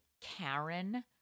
Karen